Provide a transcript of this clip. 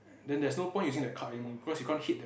then there is no point using the card any because you can't hit that